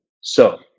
So-